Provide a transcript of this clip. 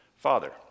father